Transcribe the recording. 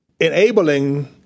enabling